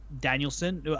Danielson